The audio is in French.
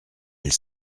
elle